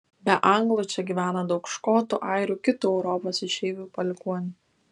be anglų čia gyvena daug škotų airių kitų europos išeivių palikuonių